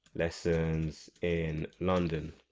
lessons in london,